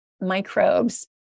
microbes